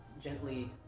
gently